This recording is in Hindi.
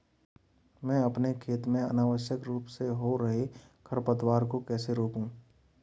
मैं अपने खेत में अनावश्यक रूप से हो रहे खरपतवार को कैसे रोकूं?